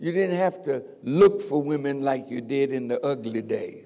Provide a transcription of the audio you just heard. you didn't have to look for women like you did in the early day